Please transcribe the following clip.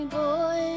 boy